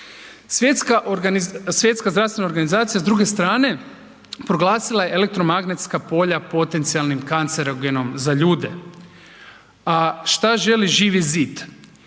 Svjetska zdravstvena organizacija, s druge strane, proglasila je elektromagnetska polja potencijalnim kancerogenom za ljude, a što želi Živi zid?